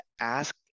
ask